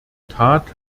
tat